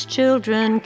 Children